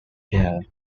pierre